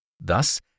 Thus